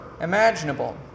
imaginable